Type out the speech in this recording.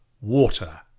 water